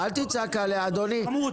אל תצעק עליה, אדוני.